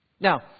Now